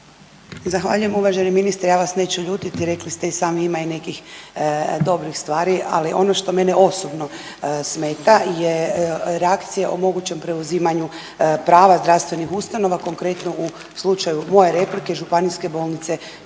Zahvaljujem. Uvaženi ministre ja vas neću ljutiti. Rekli ste i sami ima i nekih dobrih stvari. Ali ono što mene osobno smeta je reakcija o mogućem preuzimanju prava zdravstvenih ustanova, konkretno u slučaju moje replike Županijske bolnice